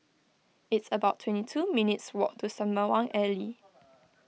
it's about twenty two minutes' walk to Sembawang Alley